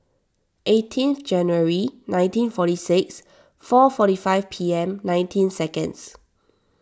eighteen January nineteen forty six four forty five P M nineteen seconds